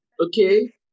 Okay